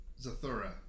Zathura